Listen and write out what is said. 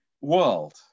world